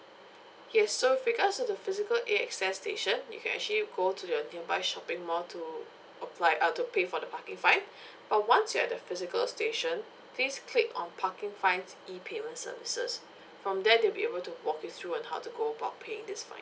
okay so with regards to the physical A_X_S station you can actually go to the nearby shopping mall to apply uh to pay for the parking fine but once you're at the physical station please click on parking fines E payment services from there they'll be able to walk you through on how to go about paying this fine